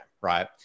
Right